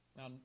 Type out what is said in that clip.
Now